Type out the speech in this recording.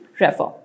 refer